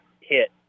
hit